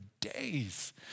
days